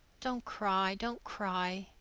don't cry, don't cry,